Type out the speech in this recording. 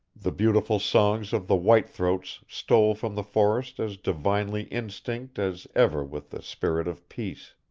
the beautiful songs of the white-throats stole from the forest as divinely instinct as ever with the spirit of peace.